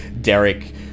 Derek